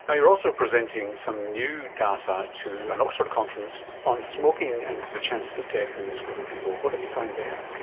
and you're also presenting some new data to an oxford conference on smoking and the chances of death in this group of people. what have you found there?